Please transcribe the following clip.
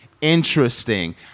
interesting